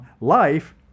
Life